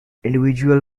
individual